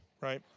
Right